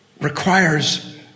requires